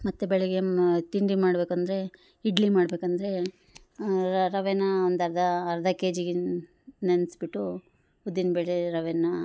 ಮತ್ತು ಬೆಳಗ್ಗೆ ತಿಂಡಿ ಮಾಡಬೇಕು ಅಂದರೆ ಇಡ್ಲಿ ಮಾಡಬೇಕಂದ್ರೆ ರವೆ ಒಂದರ್ಧ ಅರ್ಧ ಕೆ ಜಿಗಿನ್ನ ನೆನಸ್ಬಿಟ್ಟು ಉದ್ದಿನಬೇಳೆ ರವೆ